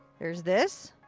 there's this.